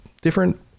different